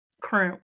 current